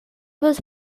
was